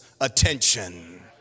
attention